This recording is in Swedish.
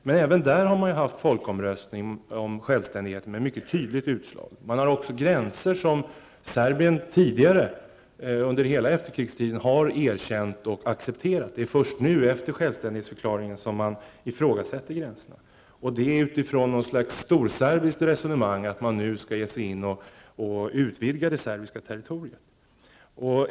Men även där har man haft folkomröstning om självständighet med ett mycket tydligt utslag. Man har också gränser som Serbien tidigare, under hela efterkrigstiden, har erkänt och accepterat. Det är först nu, efter självständighetsförklaringen, som gränserna ifrågasätts. Det görs utifrån något slags storserbiskt resonemang om att det serbiska territoriet skall utvidgas.